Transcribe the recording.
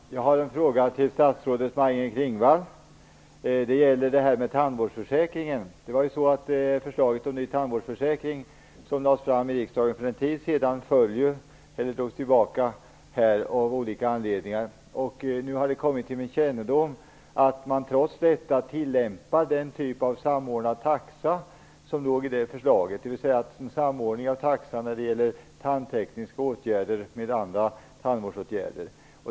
Fru talman! Jag har en fråga till statsrådet Maj Inger Klingvall. Det gäller tandvårdsförsäkringen. Det förslag till ny tandvårdsförsäkring som lades fram i riksdagen för en tid sedan föll ju, eller drogs tillbaka, av olika anledningar. Nu har det kommit till min kännedom att man trots detta tillämpar den typ av samordnad taxa som var en del av detta förslag, dvs. en samordning av taxan för tandtekniska åtgärder med taxan för andra tandvårdsåtgärder.